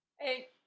Hey